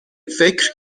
فکر